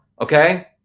Okay